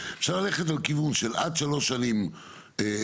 אפשר ללכת על כיוון של עד שלוש שנים בעלות,